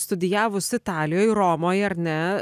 studijavus italijoj romoj ar ne